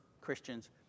Christians